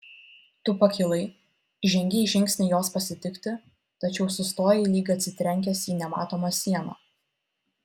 tu pakilai žengei žingsnį jos pasitikti tačiau sustojai lyg atsitrenkęs į nematomą sieną